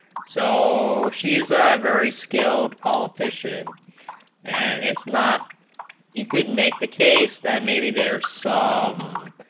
so she is a very skilled politician and is not he could make the case then maybe there's saw um